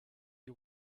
you